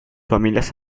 familias